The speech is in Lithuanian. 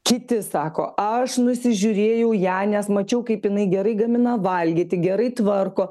kiti sako aš nusižiūrėjau ją nes mačiau kaip jinai gerai gamina valgyti gerai tvarko